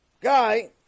guy